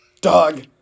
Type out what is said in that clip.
Dog